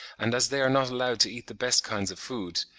and as they are not allowed to eat the best kinds of food,